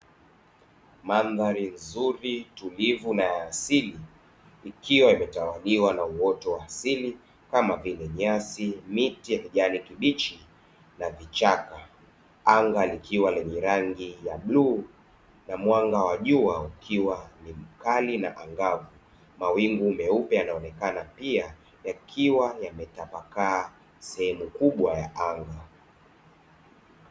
Mandhari nzuri, tulivu na ya asili; ikiwa imetawaliwa na uoto wa asili kama vile nyasi, miti ya kijani kibichi na vichaka. Anga likiwa lenye rangi ya bluu na mwanga wa jua ukiwa ni mkali na angavu, mawingu meupe yanaonekana pia yakiwa yametapakaa sehemu kubwa ya anga.